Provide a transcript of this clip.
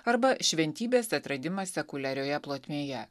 arba šventybės atradimas sekuliarioje plotmėje